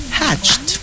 hatched